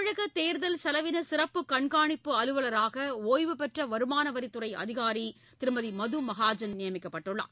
தமிழக தேர்தல் செலவின சிறப்பு கண்கானிப்பு அலுவலராக ஒய்வுபெற்ற வருமான வரித்துறை அதிகாரி திருமதி மது மகாஜன் நியமிக்கப்பட்டுள்ளார்